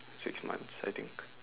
six months I think